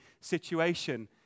situation